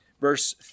verse